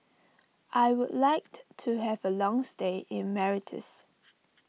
I would like to to have a long stay in Mauritius